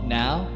now